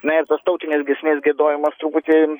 na ir tas tautinės giesmės giedojimas truputį